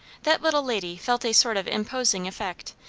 that little lady felt a sort of imposing effect,